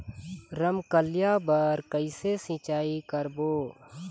रमकलिया बर कइसे सिचाई करबो?